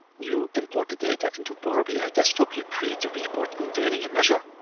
you import the data into power bi desktop, you create a report containing a measure,